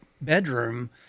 bedroom